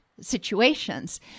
situations